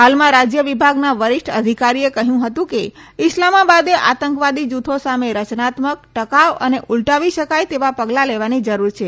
હાલમાં રાજ્ય વિભાગના વરિષ્ઠ અધિકારીએ કહ્યું હતું કે ઇસ્લામાબાદે આતંકવાદી જુથો સામે રચનાત્મક ટકાઉ અને ઉલટાવી શકાય તેવા પગલા લેવાની જરૂર છે